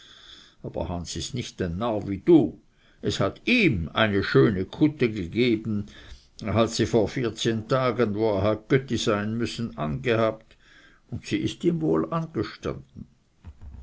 aber hans ist nicht ein narr wie du es hat ihm eine schöne kutte gegeben er hat sie vor tagen wo er hat götti sein müssen angehabt und sie ist ihm wohl angestanden